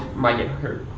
might get hurt.